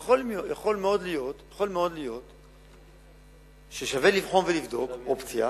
יכול מאוד להיות ששווה לבחון ולבדוק אופציה